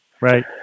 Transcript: Right